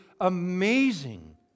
amazing